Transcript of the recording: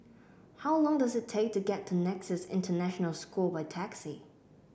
how long does it take to get to Nexus International School by taxi